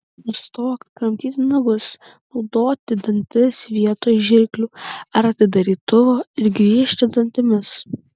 nustok kramtyti nagus naudoti dantis vietoj žirklių ar atidarytuvo ir griežti dantimis